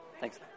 Thanks